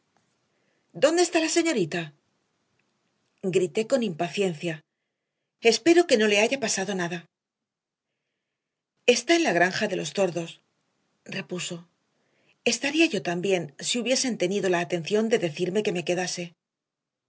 dónde está la señorita grité con impaciencia espero que no le haya pasado nada está en la granja de los tordos repuso estaría yo también si hubiesen tenido la atención de decirme que me quedase